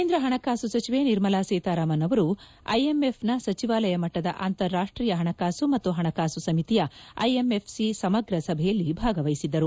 ಕೇಂದ್ರ ಹಣಕಾಸು ಸಚಿವೆ ನಿರ್ಮಲಾ ಸೀತಾರಾಮನ್ ಅವರು ಐಎಂಎಫ್ನ ಸಚಿವಾಲಯ ಮಟ್ಟದ ಅಂತಾರಾಷ್ಟೀಯ ಹಣಕಾಸು ಮತ್ತು ಹಣಕಾಸು ಸಮಿತಿಯ ಐಎಂಎಫ್ಸಿ ಸಮಗ್ರ ಸಭೆಯಲ್ಲಿ ಭಾಗವಹಿಸಿದ್ದರು